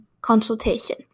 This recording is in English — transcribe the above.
consultation